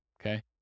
okay